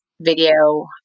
video